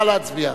נא להצביע.